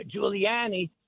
Giuliani